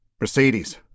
Mercedes